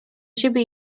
siebie